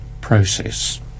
process